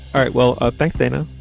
all right. well, ah thanks, dana.